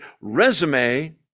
resume